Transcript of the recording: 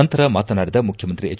ನಂತರ ಮಾತನಾಡಿದ ಮುಖ್ಯಮಂತ್ರಿ ಎಚ್